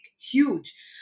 huge